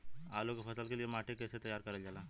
आलू क फसल के लिए माटी के कैसे तैयार करल जाला?